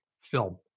film